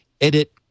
edit